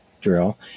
drill